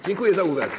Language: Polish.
Dziękuję za uwagę.